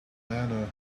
manner